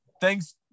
thanks